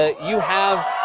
ah you have